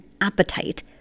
Appetite